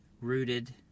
rooted